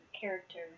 character